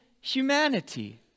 humanity